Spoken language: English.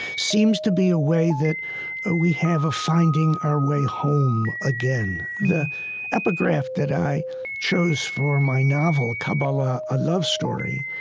seems to be a way that ah we have of finding our way home again. the epigraph that i chose for my novel, kabbalah, a love story,